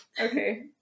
Okay